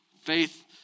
Faith